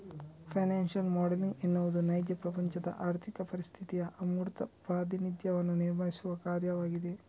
financial modelling ಎನ್ನುವುದು ನೈಜ ಪ್ರಪಂಚದ ಆರ್ಥಿಕ ಪರಿಸ್ಥಿತಿಯ ಅಮೂರ್ತ ಪ್ರಾತಿನಿಧ್ಯವನ್ನು ನಿರ್ಮಿಸುವ ಕಾರ್ಯವಾಗಿದೆ